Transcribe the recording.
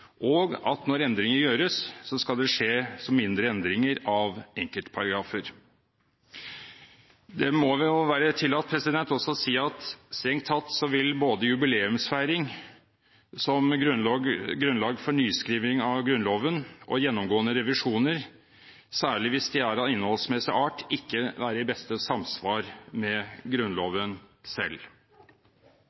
og at når endringer gjøres, skal det skje som mindre endringer av enkeltparagrafer. Det må være tillatt også å si at strengt tatt vil både jubileumsfeiring som grunnlag for nyskriving av Grunnloven og gjennomgående revisjoner, særlig hvis de er av innholdsmessig art, ikke være i beste samsvar med Grunnloven selv.